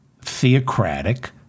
theocratic